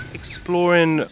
exploring